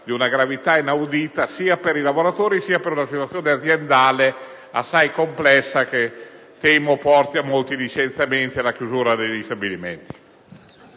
di gravità inaudita sia per i lavoratori, sia per una situazione aziendale assai complessa che temo porterà a molti licenziamenti ed alla chiusura degli stabilimenti.